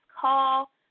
call